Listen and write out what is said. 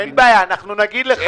אין בעיה, אנחנו נגיד לך.